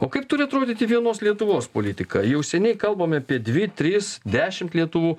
o kaip turi atrodyti vienos lietuvos politika jau seniai kalbame apie dvi tris dešimt lietuvų